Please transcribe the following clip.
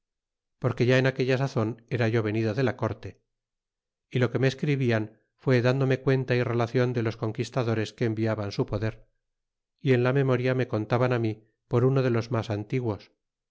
porque ya en aquella sazon era yo venido de la corte y lo que me escribían fué dándome cuenta y relacion de los conquistadores que enviaban su poder y en la memoria me contaban mí por uno de los mas antiguos